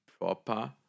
proper